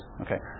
Okay